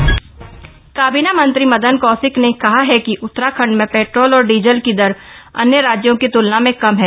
budget सब काबीना मंत्री मदन कौशिक ने कहा है कि उत्तराखण्ड में पेट्रोल और डीजल की दर अन्य राज्य की तुलना में कम है